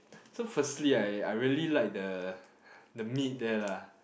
so firstly I I really like the the meat there lah